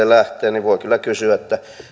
lähtee niin voi kyllä kysyä